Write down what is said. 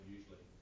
usually